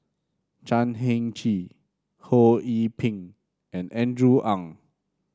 Chan Heng Chee Ho Yee Ping and Andrew Ang